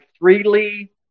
freely